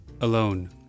alone